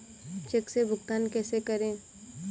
Check से भुगतान कैसे करें?